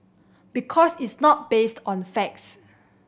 because it's not based on facts